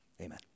Amen